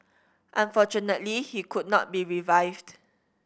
unfortunately he could not be revived